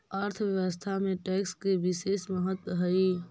अर्थव्यवस्था में टैक्स के बिसेस महत्व हई